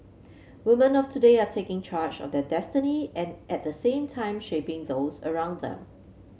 woman of today are taking charge of their destiny and at the same time shaping those around them